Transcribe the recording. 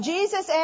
Jesus